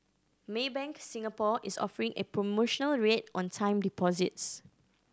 Maybank Singapore is offering a promotional rate on time deposits